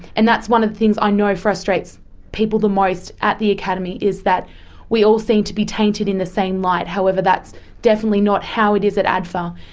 and that's one of the things i know frustrates people the most at the academy, is that we all seem to be tainted in the same light, however that's definitely not how it is at adfa.